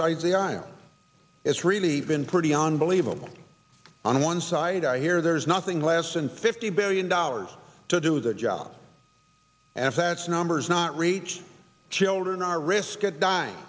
sides of the aisle it's really been pretty unbelievable on one side i hear there's nothing less than fifty billion dollars to do their job assets numbers not reached children are risk